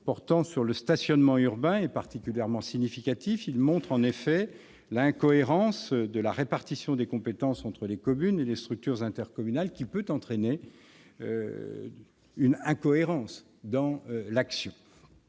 portant sur le stationnement urbain est particulièrement significatif. En effet ! Il montre effectivement l'incohérence de la répartition des compétences entre les communes et les structures intercommunales, qui peut entraîner une incohérence dans l'action.